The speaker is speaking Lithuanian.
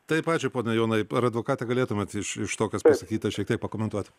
taip ačiū pone jonai ar advokate galėtumėt iš iš to kas pasakyta šiek tiek pakomentuot